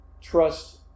trust